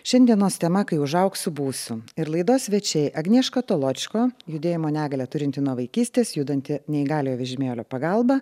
šiandienos tema kai užaugsiu būsiu ir laidos svečiai agnieška toločko judėjimo negalią turinti nuo vaikystės judanti neįgaliojo vežimėlio pagalba